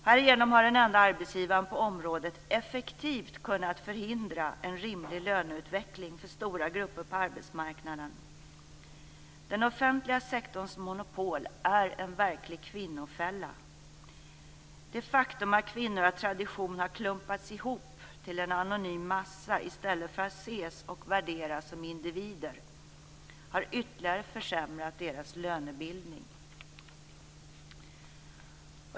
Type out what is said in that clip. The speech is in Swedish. Härigenom har den enda arbetsgivaren på området effektivt kunnat förhindra en rimlig löneutvecklig för stora grupper på arbetsmarknaden. Den offentliga sektorns monopol är en verklig kvinnofälla. Det faktum att kvinnor av tradition har klumpats ihop till en anonym massa i stället för att ses och värderas som individer har ytterligare försämrat deras lönebildning.